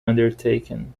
undertaken